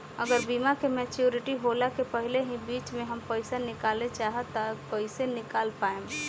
अगर बीमा के मेचूरिटि होला के पहिले ही बीच मे हम पईसा निकाले चाहेम त कइसे निकाल पायेम?